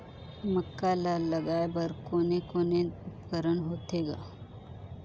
मक्का ला लगाय बर कोने कोने उपकरण होथे ग?